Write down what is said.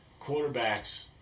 quarterbacks